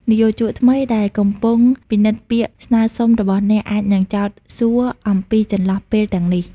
និយោជកថ្មីដែលកំពុងពិនិត្យពាក្យស្នើសុំរបស់អ្នក អាចនឹង ចោទសួរ អំពីចន្លោះពេលទាំងនេះ។